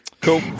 Cool